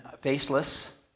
faceless